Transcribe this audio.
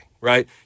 right